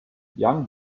young